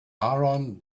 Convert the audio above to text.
aaron